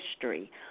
history